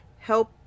Help